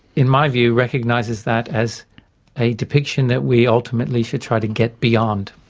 in my view, recognises that as a depiction that we ultimately should try to get beyond.